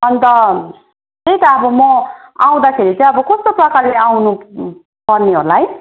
अन्त त्यही त अब म आउँदाखेरि चाहिँ अब कस्तो प्रकारले आउनु पर्ने होला है